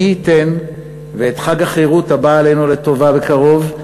מי ייתן ואת חג החירות הבא עלינו לטובה בקרוב,